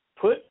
put